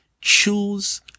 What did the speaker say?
Choose